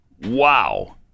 Wow